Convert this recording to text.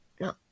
no